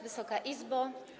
Wysoka Izbo!